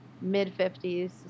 mid-50s